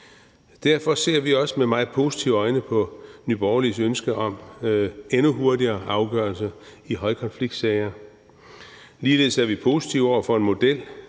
Derfor ser vi også med meget positive øjne på Nye Borgerliges ønske om endnu hurtigere afgørelser i højkonfliktsager. Ligeledes er vi positive over for en model